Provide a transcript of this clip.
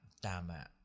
tama